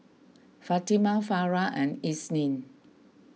Fatimah Farah and Isnin